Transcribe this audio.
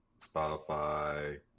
Spotify